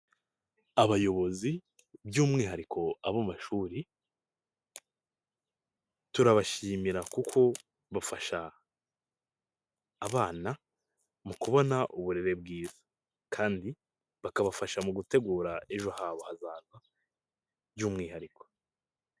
Abayobozi, by'umwihariko abo mu mashuri, turabashimira kuko bafasha, abana mu kubona uburere bwiza, kandi bakabafasha mu gutegura ejo habo hazaza, by'umwihariko.